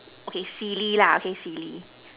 okay see Lee lah okay see Lee